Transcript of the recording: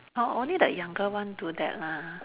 orh only the younger one do that lah